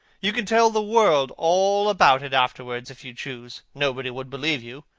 you can tell the world all about it afterwards, if you choose. nobody would believe you.